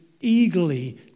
eagerly